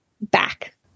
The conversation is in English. back